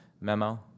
Memo